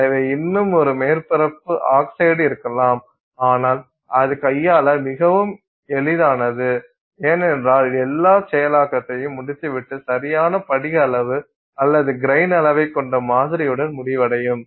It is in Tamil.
எனவே இன்னும் ஒரு மேற்பரப்பு ஆக்சைடு இருக்கலாம் ஆனால் அது கையாள மிகவும் எளிதானது ஏனென்றால் எல்லா செயலாக்கத்தையும் முடித்துவிட்டு சரியான படிக அளவு அல்லது கிரைன் அளவைக் கொண்ட மாதிரியுடன் முடிவடையும்